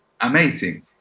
amazing